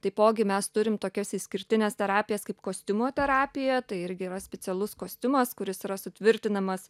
taipogi mes turim tokias išskirtines terapijas kaip kostiumo terapija tai irgi yra specialus kostiumas kuris yra sutvirtinamas